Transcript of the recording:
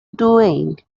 doing